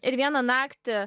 ir vieną naktį